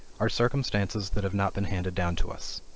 are circumstances that have not been handed down to us.